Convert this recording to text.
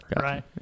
Right